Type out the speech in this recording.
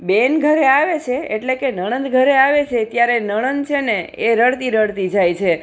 બેન ઘરે આવે છે એટલે કે નણંદ ઘરે આવે છે ત્યારે નણંદ છેને એ રડતી રડતી જાય છે